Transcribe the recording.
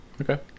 Okay